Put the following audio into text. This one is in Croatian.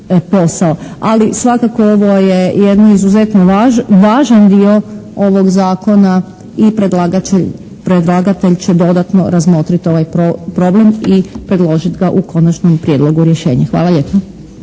Ali svakako ovo je jedno izuzetno važan dio ovog zakona i predlagatelj će dodatno razmotriti ovaj problem i predložiti ga u konačnom prijedlogu rješenja. Hvala lijepa.